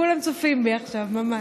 כולם צופים בי עכשיו, ממש.